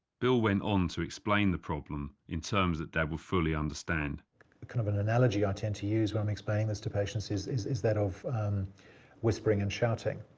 bill went on to explain the problem in terms that dad will fully understand kind of an analogy i tend to use when i'm explaining this to patients is is that of whispering and shouting.